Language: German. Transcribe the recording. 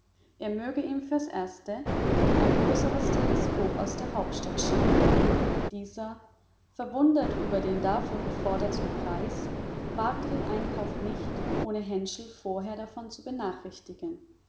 er möge ihm für's erste ein größeres teleskop aus der hauptstadt schicken dieser verwundert über den dafür geforderten preis wagte den einkauf nicht ohne herschel vorher davon zu benachrichtigen